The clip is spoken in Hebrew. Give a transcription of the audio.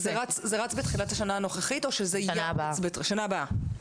זה רץ בתחילת השנה הנוכחית או שזה ירוץ בשנה הבאה?